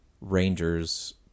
rangers